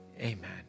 Amen